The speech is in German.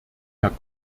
herr